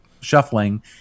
shuffling